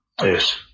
Yes